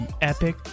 epic